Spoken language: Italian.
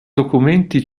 documenti